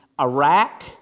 Iraq